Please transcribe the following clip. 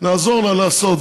נעזור לה לעשות,